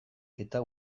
eta